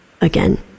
again